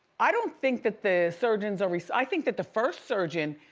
i don't think that the surgeons are, i think that the first surgeon